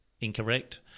incorrect